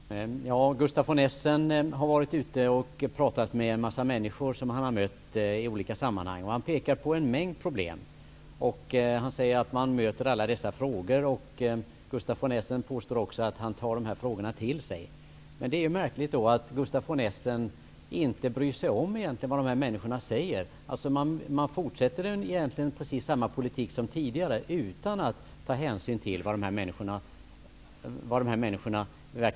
Fru talman! Gustaf von Essen har pratat med många människor som han mött i olika sammanhang, och han pekar på en mängd problem. Han sade att man möter många frågor och påstod också att han tar de frågorna till sig. Det är då märkligt att Gustaf von Essen egentligen inte bryr sig om vad dessa människor säger. Man fortsätter med precis samma politik som tidigare, utan att ta hänsyn till vad människorna verkligen tycker och tänker.